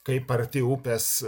kaip arti upės